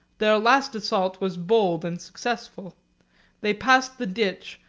their last assault was bold and successful they passed the ditch,